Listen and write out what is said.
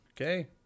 Okay